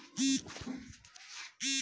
मर्सरीकृत कपास मुलायम अउर मजबूत होला